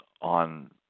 on